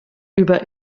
über